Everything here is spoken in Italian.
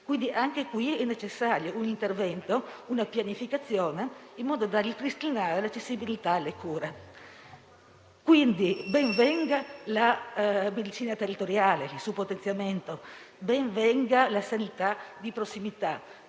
questo caso è necessario un intervento, una pianificazione in modo da ripristinare l'accessibilità alle cure. Quindi, ben venga la medicina territoriale e il suo potenziamento. Ben venga la sanità di prossimità,